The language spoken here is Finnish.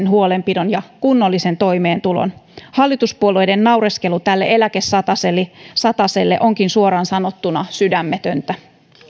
huolenpidon ja kunnollisen toimeentulon hallituspuolueiden naureskelu tälle eläkesataselle onkin suoraan sanottuna sydämetöntä